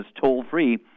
toll-free